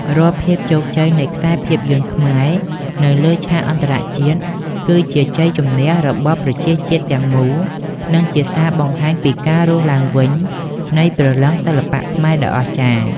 រាល់ភាពជោគជ័យនៃខ្សែភាពយន្តខ្មែរនៅលើឆាកអន្តរជាតិ គឺជាជ័យជម្នះរបស់ប្រជាជាតិទាំងមូល និងជាសារបង្ហាញពីការរស់ឡើងវិញនៃព្រលឹងសិល្បៈខ្មែរដ៏អស្ចារ្យ។